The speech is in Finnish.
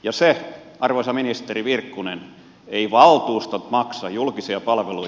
ja arvoisa ministeri virkkunen eivät valtuustot maksa julkisia palveluja